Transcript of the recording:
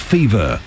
Fever